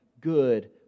good